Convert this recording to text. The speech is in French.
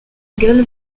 gueule